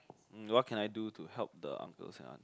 mm what can I do to help the uncles and aunt